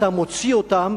אתה מוציא אותם,